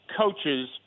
coaches